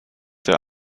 der